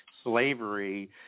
Slavery